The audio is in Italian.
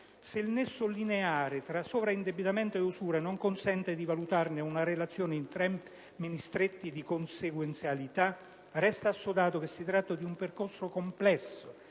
Se il nesso lineare tra sovraindebitamento e usura non consente di valutarne una relazione in stretti termini di consequenzialità, resta assodato che si tratta di un percorso complesso,